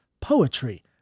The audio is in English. poetry